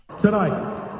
Tonight